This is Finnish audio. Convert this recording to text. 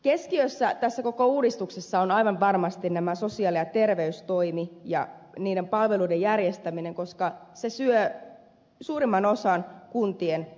keskiössä tässä koko uudistuksessa ovat aivan varmasti nämä sosiaali ja terveystoimet ja niiden palveluiden järjestäminen koska se syö suurimman osan kuntien menoista